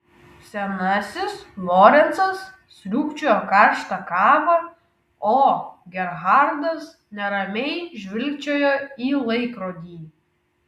senasis lorencas sriūbčiojo karštą kavą o gerhardas neramiai žvilgčiojo į laikrodį